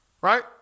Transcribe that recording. right